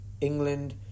england